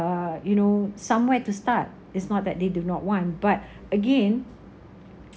you know somewhere to start it's not that they do not want but again